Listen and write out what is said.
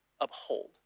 uphold